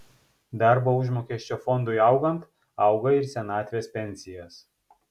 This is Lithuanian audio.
darbo užmokesčio fondui augant auga ir senatvės pensijos